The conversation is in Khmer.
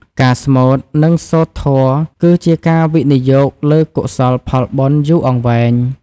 ការស្មូត និងសូត្រធម៌គឺជាការវិនិយោគលើកុសលផលបុណ្យយូរអង្វែង។